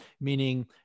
meaning